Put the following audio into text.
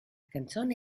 canzone